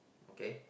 okay